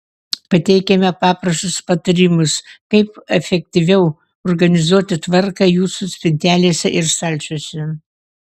pateikiame paprastus patarimus kaip efektyviau organizuoti tvarką jūsų spintelėse ir stalčiuose